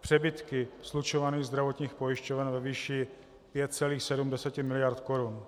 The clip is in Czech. přebytky slučovaných zdravotních pojišťoven ve výši 5,7 miliardy korun.